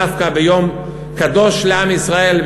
דווקא ביום קדוש לעם ישראל,